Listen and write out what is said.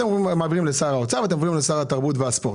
אתם מעבירים לשר האוצר ואתם מעבירים לשר התרבות והספורט,